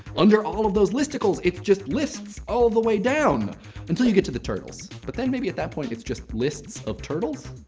under all of those listicles, it's just lists all the way down until you get to the turtles. but then maybe at that point, it's just lists of turtles.